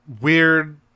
weird